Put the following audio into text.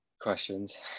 questions